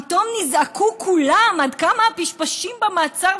פתאום נזעקו כולם: עד כמה הפשפשים במעצר,